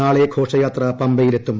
നാളെ ഘോഷയാത്ര പമ്പയിലെത്തും